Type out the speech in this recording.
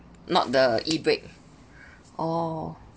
not the E break oh